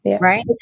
Right